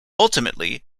ultimately